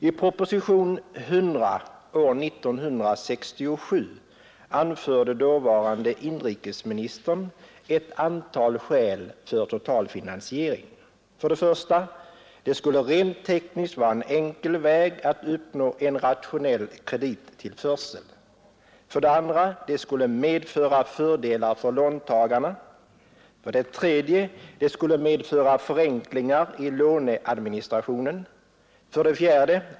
I propositionen 100 år 1967 anförde dåvarande inrikesministern ett antal skäl för totalfinansiering: 1. Det skulle rent tekniskt vara en enkel väg att uppnå en rationell kredittillförsel. 2. Det skulle medföra fördelar för låntagarna. 3. Det skulle medföra förenklingar i låneadministrationen. 4.